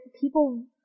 people